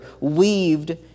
weaved